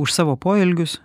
už savo poelgius